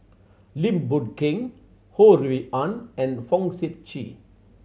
Lim Boon Keng Ho Rui An and Fong Sip Chee